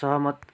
सहमत